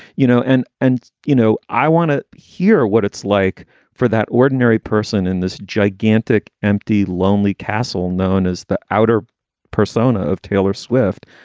you know, and and, you know, i want to hear what it's like for that ordinary person in this gigantic, empty, lonely castle known as the outer persona of taylor swift.